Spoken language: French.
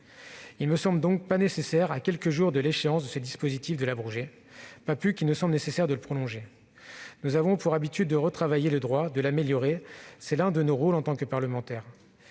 Il ne me semble donc pas nécessaire, à quelques jours de l'échéance de ce dispositif, de l'abroger, pas plus qu'il ne semble utile de le prolonger. Nous avons pour habitude de retravailler le droit, de l'améliorer, c'est l'un de nos rôles en tant que parlementaires.